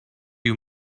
you